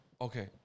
Okay